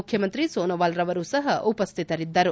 ಮುಖ್ಯಮಂತ್ರಿ ಸೋನೋವಾಲ್ರವರು ಸಹ ಉಪಸ್ಥಿತರಿದ್ದರು